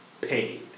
paid